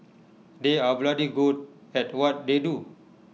they are bloody good at what they do